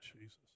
Jesus